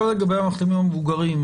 לגבי המחלימים המבוגרים.